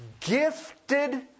gifted